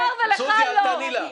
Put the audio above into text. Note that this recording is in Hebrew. סוזי אל תעני לה.